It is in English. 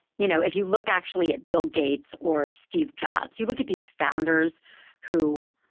you know, if you look actually at bill gates or steve jobs, you look at these founders who,